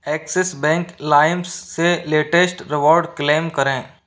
axis Bank Limes से latest reward claim करें